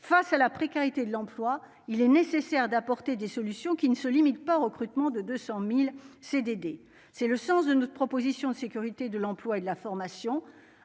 face à la précarité de l'emploi, il est nécessaire d'apporter des solutions qui ne se limite pas au recrutement de 200000 CDD c'est le sens de notre proposition de sécurité de l'emploi et de la formation